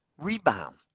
rebound